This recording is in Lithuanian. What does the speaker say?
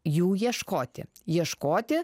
jų ieškoti ieškoti